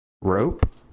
rope